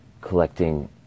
collecting